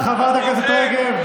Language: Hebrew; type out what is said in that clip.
תודה, חברת הכנסת רגב.